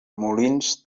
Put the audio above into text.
molins